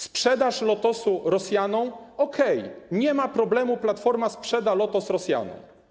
Sprzedaż Lotosu Rosjanom - okej, nie ma problemu, Platforma sprzeda Lotos Rosjanom.